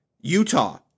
Utah